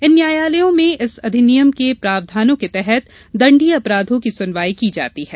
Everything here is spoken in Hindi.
इन न्यायालयों में इस अधिनियम के प्रावधानों के तहत दंडीय अपराधों की सुनवाई की जाती है